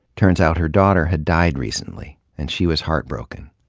turns out her daughter. had died recently and she was heartbroken.